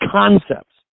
concepts